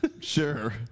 Sure